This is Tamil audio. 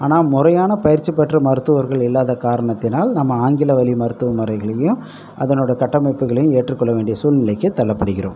ஆனால் முறையான பயிற்சி பெற்ற மருத்துவர்கள் இல்லாத காரணத்தினால் நம்ம ஆங்கில வழி மருத்துவ முறைகளையும் அதனுடைய கட்டமைப்புகளையும் ஏற்றுக்கொள்ளவேண்டிய சூழ்நிலைக்கு தள்ளப்படுகிறோம்